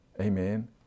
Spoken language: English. Amen